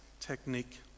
technique